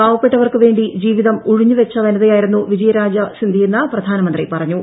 പാവപ്പെട്ടവർക്ക് വേണ്ടി ജീവിതം ഉഴിഞ്ഞു വെച്ച വനിതയായിരുന്നു വിജയ രാജ സിന്ധൃയെന്ന് പ്രധാനമന്ത്രി പറഞ്ഞു